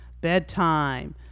bedtime